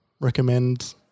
recommend